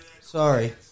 sorry